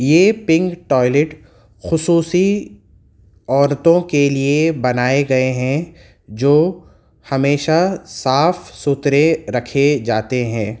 یہ pink toilet خصوصی عورتوں کے لیے بنائے گیے ہیں جو ہمیشہ صاف ستھرے رکھے جاتے ہیں